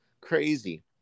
Crazy